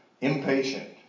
Impatient